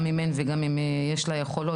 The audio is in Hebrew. גם אם אין וגם אם יש לה יכולות,